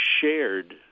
shared